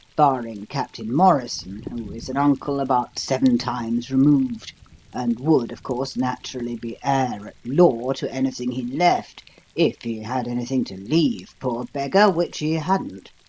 barring captain morrison, who is an uncle about seven times removed and would, of course, naturally be heir-at-law to anything he left if he had anything to leave, poor beggar, which he hadn't.